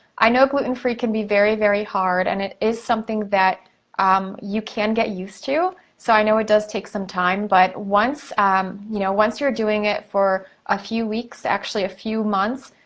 i know gluten free can be very, very, hard, and it is something that um you can get used to, so i know it does take some time, but once you know once you're doing it for a few weeks, actually a few months,